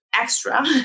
extra